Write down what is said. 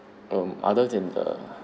um other than the